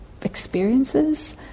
experiences